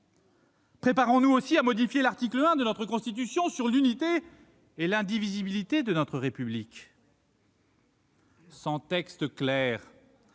Préparons-nous aussi à modifier l'article 1 de notre Constitution sur l'unité et l'indivisibilité de notre République. Sans texte clair,